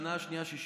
בשנה השנייה 66%,